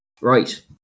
right